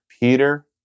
Peter